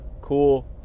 Cool